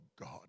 God